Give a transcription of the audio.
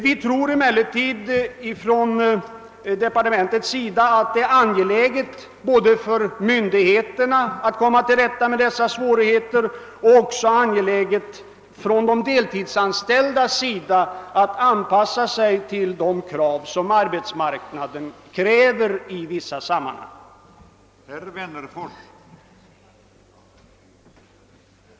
Vi tror emellertid inom departementet att det är angeläget både för myndigheterna att komma till rätta med dessa svårigheter och för de deltidsanställda att anpassa sig till de krav som arbetsmarknaden i vissa sammanhang ställer.